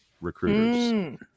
recruiters